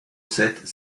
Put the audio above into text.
sept